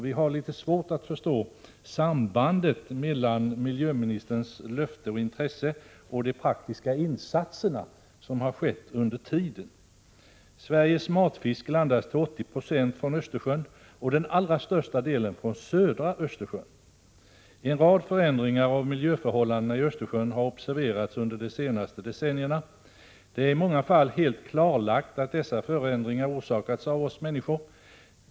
Vi har litet svårt att förstå sambandet mellan miljöministerns löfte och intresse och de praktiska insatser som gjorts under tiden. Sveriges matfisk landas till 80 9o från Östersjön, den allra största delen från södra Östersjön. En rad förändringar av miljöförhållandena i Östersjön har observerats under de senaste decennierna. Det är i många fall helt klarlagt att dessa förändringar orsakats av oss människor.